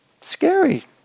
scary